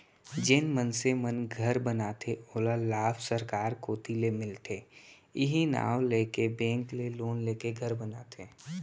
जेन मनसे मन घर बनाथे ओला लाभ सरकार कोती ले मिलथे इहीं नांव लेके बेंक ले लोन लेके घर बनाथे